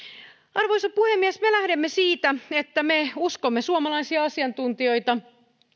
arvoisa puhemies me lähdemme siitä että me uskomme suomalaisia asiantuntijoita